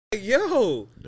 yo